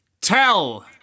tell